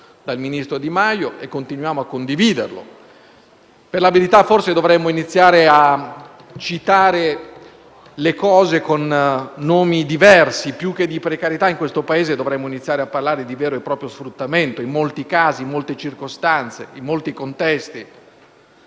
in questo Paese dovremmo iniziare a parlare di vero e proprio sfruttamento, in molti casi, in molte circostanze, in molti contesti.